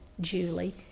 Julie